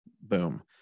Boom